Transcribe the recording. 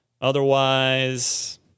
Otherwise